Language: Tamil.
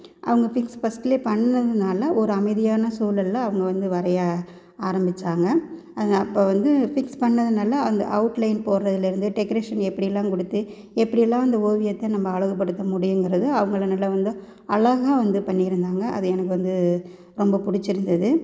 அவங்க ஃபிக்ஸ் ஃபஸ்ட்டிலே பண்ணதுனால் ஒரு அமைதியான சூழல்ல அவங்க வந்து வரைய ஆரம்பித்தாங்க அப்போ வந்து ஃபிக்ஸ் பண்ணதுனால் அந்த அவுட் லைன் போடுறதுலேருந்து டெக்கரேஷன் எப்படிலாம் கொடுத்து எப்படிலாம் அந்த ஓவியத்தை நம்ம அழகு படுத்த முடியுங்கிறது அவங்களாம் நல்லா வந்து அழகா வந்து பண்ணியிருந்தாங்க அது எனக்கு வந்து ரொம்ப பிடிச்சிருந்தது